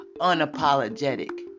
unapologetic